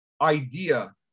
idea